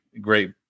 great